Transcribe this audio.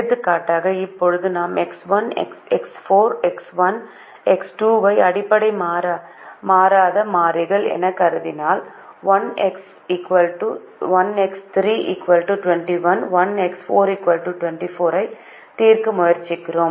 எடுத்துக்காட்டாக இப்போது நாம் எக்ஸ் 1 எக்ஸ் 4 எக்ஸ் 1 எக்ஸ் 2 ஐ அடிப்படை மாறாத மாறிகள் எனக் கருதினால் 1 எக்ஸ் 3 21 1 எக்ஸ் 4 24 ஐ தீர்க்க முயற்சிக்கிறோம்